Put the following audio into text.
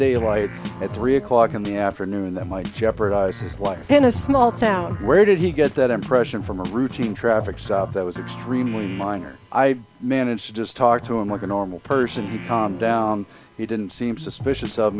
daylight at three o'clock in the afternoon that might jeopardize his life in a small town where did he get that impression from a routine traffic stop that was extremely minor i managed to just talk to him like an armed person he calmed down he didn't seem suspicious of